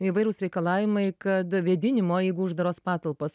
įvairūs reikalavimai kad vėdinimo jeigu uždaros patalpos